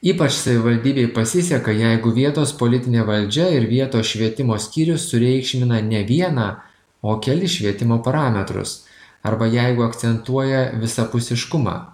ypač savivaldybei pasiseka jeigu vietos politinė valdžia ir vietos švietimo skyrius sureikšmina ne vieną o kelis švietimo parametrus arba jeigu akcentuoja visapusiškumą